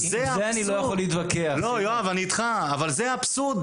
אני רק רוצה להגיד נקודה אחת